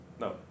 No